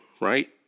right